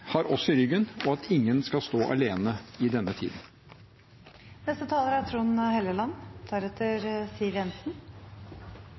har oss i ryggen, og at ingen skal stå alene i denne